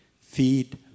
feed